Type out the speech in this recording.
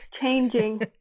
changing